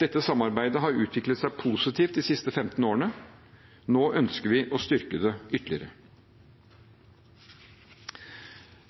Dette samarbeidet har utviklet seg positivt de siste 15 årene. Nå ønsker vi å styrke det ytterligere.